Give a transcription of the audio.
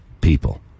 people